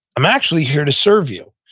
i'm actually here to serve you.